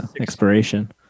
expiration